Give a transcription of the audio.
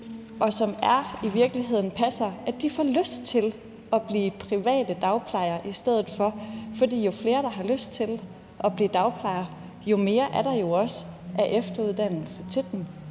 men som i virkeligheden er passere, får lyst til at blive private dagplejere i stedet for. For jo flere, der har lyst til at blive dagplejere, jo mere er der jo også af efteruddannelse til dem.